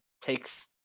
takes